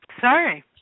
Sorry